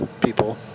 people